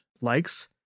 likes